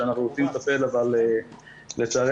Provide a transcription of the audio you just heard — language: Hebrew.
שאנחנו רוצים לטפל,